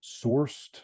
sourced